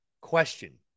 question